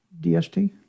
DST